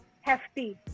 hefty